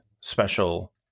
special